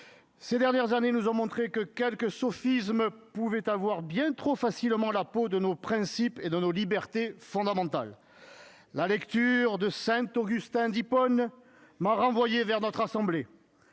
Ces dernières années nous ont montré que quelques sophismes pouvaient avoir bien trop facilement la peau de nos principes et de nos libertés fondamentales. Je vous invite à relire Saint-Augustin d'Hippone :« À force de